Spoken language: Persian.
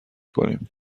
کنیم